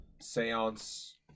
seance